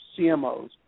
CMOs